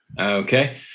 Okay